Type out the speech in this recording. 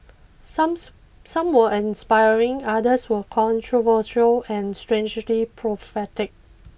somes some were inspiring others were controversial and strangely prophetic